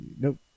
Nope